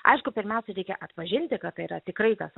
aišku pirmiausia reikia atpažinti kad tai yra tikrai tas